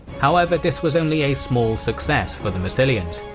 however, this was only a small success for the massilians.